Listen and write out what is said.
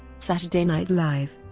saturday night live